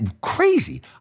crazy